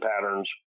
patterns